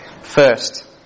First